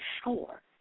score